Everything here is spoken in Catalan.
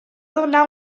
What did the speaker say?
donar